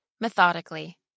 methodically